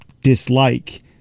dislike